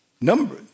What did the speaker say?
Number